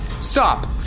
stop